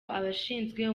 abashinzwe